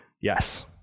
Yes